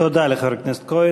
תודה לחבר הכנסת כהן.